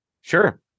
Sure